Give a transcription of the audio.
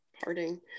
Parting